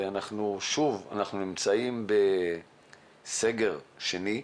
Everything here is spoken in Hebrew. ואנחנו נמצאים בסגר שני.